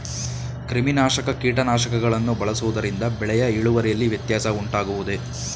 ಕ್ರಿಮಿನಾಶಕ ಕೀಟನಾಶಕಗಳನ್ನು ಬಳಸುವುದರಿಂದ ಬೆಳೆಯ ಇಳುವರಿಯಲ್ಲಿ ವ್ಯತ್ಯಾಸ ಉಂಟಾಗುವುದೇ?